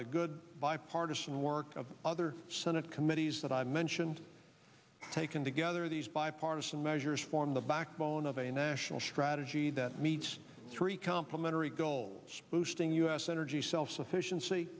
the good bipartisan work of other senate committees that i mentioned taken together these bipartisan measures form the backbone of a national strategy that meets three complimentary goals boosting u s energy self sufficien